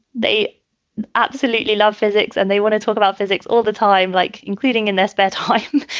they absolutely love physics and they want to talk about physics all the time, like including in their spare time.